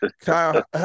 Kyle